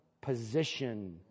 position